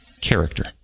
character